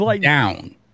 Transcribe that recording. down